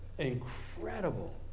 Incredible